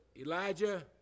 Elijah